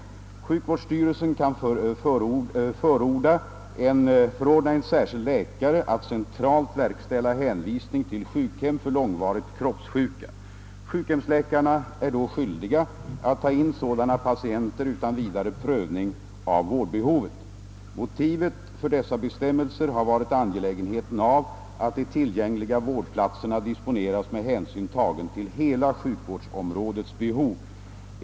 Sjukvårdsstyrelsen kan förordna en särskild läkare att centralt verkställa hänvisning till sjukhem för långvarigt kroppssjuka. Sjukhemsläkarna är då skyldiga att ta in sådana patienter utan vidare prövning av vårdbehovet. Motivet för dessa bestämmelser har varit angelägenheten av att de tillgängliga vårdplatserna disponeras med hänsyn tagen till hela sjukvårdsområdets behov.